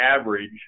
average